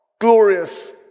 glorious